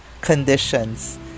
conditions